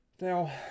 now